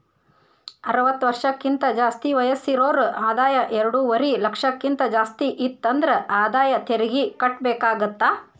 ಅರವತ್ತ ವರ್ಷಕ್ಕಿಂತ ಜಾಸ್ತಿ ವಯಸ್ಸಿರೋರ್ ಆದಾಯ ಎರಡುವರಿ ಲಕ್ಷಕ್ಕಿಂತ ಜಾಸ್ತಿ ಇತ್ತಂದ್ರ ಆದಾಯ ತೆರಿಗಿ ಕಟ್ಟಬೇಕಾಗತ್ತಾ